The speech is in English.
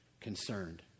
concerned